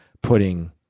putting